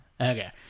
Okay